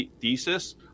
thesis